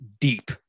deep